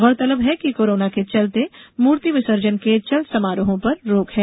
गौरतलब है कि कोरोना के चलते मूर्ति विसर्जन के चल समारोहों पर रोक है